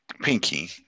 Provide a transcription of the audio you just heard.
pinky